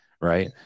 right